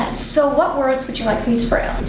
and so what words, would you like me to braille?